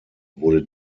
wurde